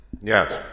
Yes